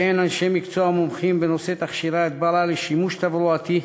וכן אנשי מקצוע מומחים בנושא תכשירי הדברה לשימוש תברואתי.